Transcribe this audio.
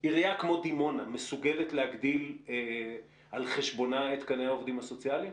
עירייה כמו דימונה מסוגלת להגדיל על חשבונה את תקני העובדים הסוציאליים?